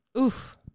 Oof